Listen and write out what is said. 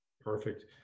Perfect